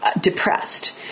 depressed